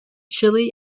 chile